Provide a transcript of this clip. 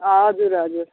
हजुर हजुर